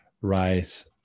rise